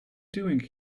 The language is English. doing